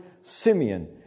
Simeon